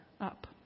up